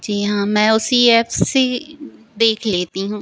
जी हाँ मैं उसी एप से देख लेती हूँ